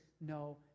no